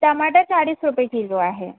टमाटर चाळीस रुपये किलो आहे